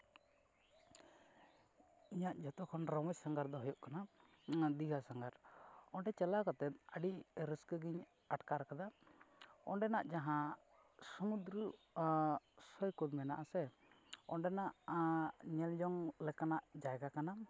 ᱤᱧᱟᱹᱜ ᱡᱚᱛᱚ ᱠᱷᱚᱱ ᱨᱚᱢᱚᱡᱽ ᱥᱟᱸᱜᱷᱟᱨ ᱫᱚ ᱦᱩᱭᱩᱜ ᱠᱟᱱᱟ ᱚᱱᱟ ᱫᱤᱜᱷᱟ ᱥᱟᱸᱜᱷᱟᱨ ᱚᱸᱰᱮ ᱪᱟᱞᱟᱣ ᱠᱟᱛᱮᱫ ᱟᱹᱰᱤ ᱨᱟᱹᱥᱠᱟᱹᱜᱤᱧ ᱟᱴᱠᱟᱨ ᱠᱟᱫᱟ ᱚᱸᱰᱮᱱᱟᱜ ᱡᱟᱦᱟᱸ ᱥᱚᱢᱩᱫᱨᱚ ᱥᱚᱭᱠᱚᱛ ᱢᱮᱱᱟᱜ ᱟᱥᱮ ᱚᱸᱰᱮᱱᱟᱜ ᱧᱮᱞᱡᱚᱝ ᱞᱮᱠᱟᱱᱟᱜ ᱡᱟᱭᱜᱟ ᱠᱟᱱᱟ